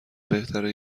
بهتره